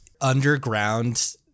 underground